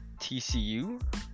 TCU